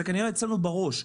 זה כנראה אצלנו בראש,